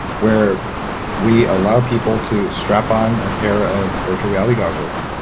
where we allow people to strap on a pair of virtual reality goggles,